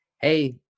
hey